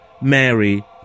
Mary